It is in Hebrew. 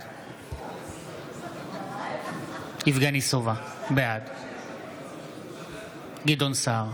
בעד יבגני סובה, בעד גדעון סער,